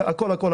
הכול.